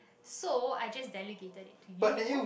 so I just dedicated it to you